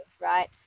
right